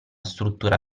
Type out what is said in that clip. struttura